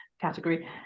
category